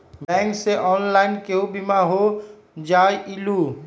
Bank से online केहु बिमा हो जाईलु?